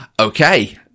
okay